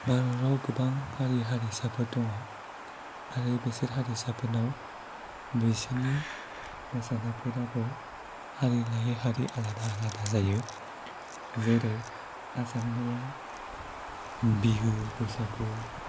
भारताव गोबां हारि हारिसाफोर दङ आरो बिसोर हारिसाफोरनाव बिसोरनि मोसानायफोराबो हारि लायै हारि आलादा आलादा जायो जेरै आसामनिया बिहु बैसागु